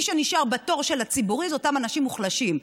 מי שנשאר בתור של הציבורי זה אותם אנשים מוחלשים.